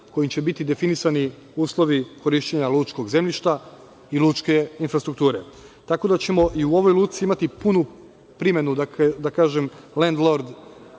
kojim će biti definisani uslovi korišćenja lučkog zemljišta i lučke infrastrukture, tako da ćemo i u ovoj luci imati punu primenu, da kažem lend lord